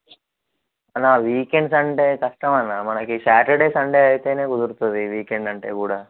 అన్న వీకెండ్స్ అంటే కష్టం అన్న మనకు సాటర్డే సండే అయితే కుదురుతుంది వీకెండ్ అంటే కూడా